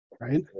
right